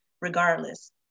regardless